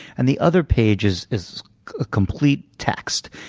and the other page is is ah complete text.